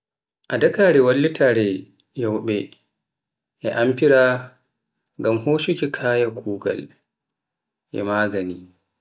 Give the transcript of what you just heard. adaakare wallitare nyauɓe e amfira ngam hoshuuki kaya kuugal e magaani.